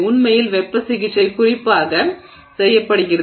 உண்மையில் வெப்ப சிகிச்சை குறிப்பாக செய்யப்படுகிறது